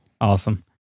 Awesome